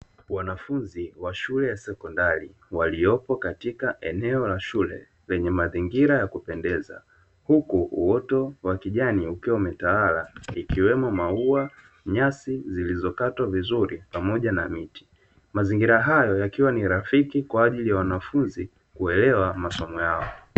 Wanafunzi wa shule ya sekondari waliopo katika eneo la shule lenye mazingira ya kupendeza, huku uoto wa kijani ukiwa umetawala ikiwemo: maua, nyasi zilizokatwa vizuri pamoja na miti. Mazingira hayo yakiwa ni rafiki kwa ajili ya wanafunzi kuelewa masomo yao.